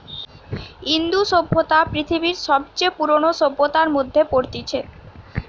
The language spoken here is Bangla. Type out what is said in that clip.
ইন্দু সভ্যতা পৃথিবীর সবচে পুরোনো সভ্যতার মধ্যে পড়তিছে